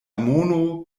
mono